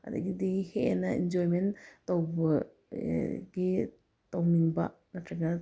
ꯑꯗꯒꯤꯗꯤ ꯍꯦꯟꯅ ꯏꯟꯖꯣꯏꯃꯦꯟ ꯇꯧꯕ ꯒꯤ ꯇꯧꯅꯤꯡꯕ ꯅꯠꯇ꯭ꯔꯒ